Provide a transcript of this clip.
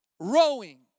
rowing